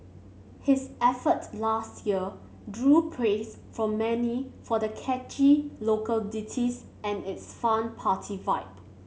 his effort last year drew praise from many for the catchy local ditties and its fun party vibe